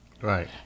Right